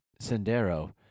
Sendero